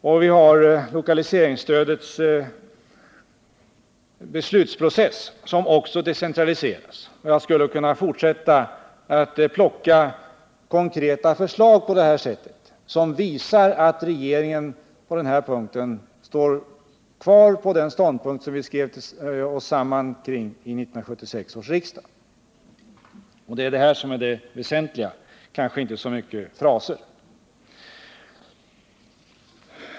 Och vi har lokaliseringsstödets beslutsprocess, som också decentraliseras. Jag skulle kunna fortsätta att på det här sättet nämna konkreta förslag som visar att regeringen i fråga om decentralistisk regionalpolitik håller fast vid den ståndpunkt kring vilken vi skrev oss samman i 1976 års riksdag. Det är det konkreta innehållet — inte fraser — som är det väsentliga.